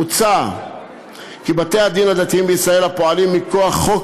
מוצע כי בתי-הדין הדתיים בישראל הפועלים מכוח חוק